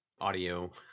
audio